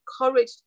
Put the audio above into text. encouraged